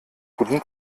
guten